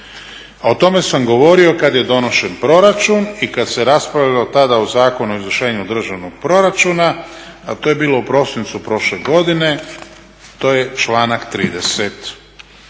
O tome sam govorio kad je donošen proračun i kad se raspravljalo tada o Zakonu o izvršenju državnog proračuna a to je bilo u prosincu prošle godine to je članak 30.